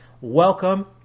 Welcome